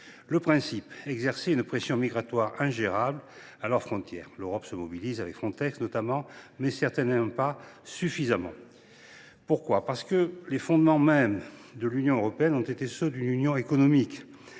le principe ? Exercer une pression migratoire ingérable à leurs frontières. L’Europe s’est mobilisée, notamment avec Frontex, mais certainement pas suffisamment. Pourquoi ? Parce que les fondements mêmes de l’Union européenne ont été ceux d’une union économique.